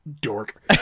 dork